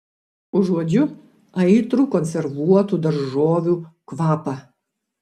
užuodžiu aitrų konservuotų daržovių kvapą